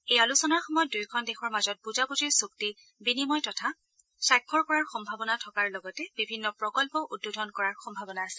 এই আলোচনাৰ সময়ত দুয়োখন দেশৰ মাজত বুজাবুজিৰ চূক্তি বিনিময় তথা স্বাক্ষৰ কৰাৰ সম্ভাৱনা থকাৰ লগতে বিভিন্ন প্ৰকল্পও উদ্বোধন কৰাৰ সম্ভাৱনা আছে